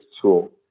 tool